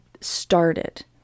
started